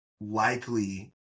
likely